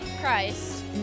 Christ